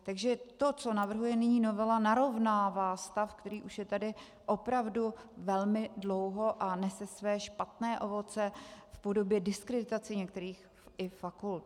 Takže to, co navrhuje nyní novela, narovnává stav, který už je tady opravdu velmi dlouho a nese své špatné ovoce i v podobě diskreditace některých fakult.